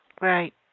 right